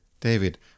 David